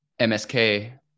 MSK